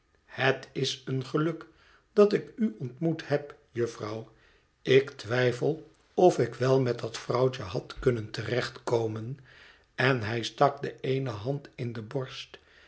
het is een geluk dat ik u ontmoet heb jufvrouw ik twijfel of ik wel met dat vrouwtje had kunnen té recht komen en hij stak de eene hand in de borst